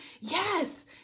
Yes